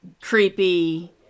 creepy